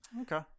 Okay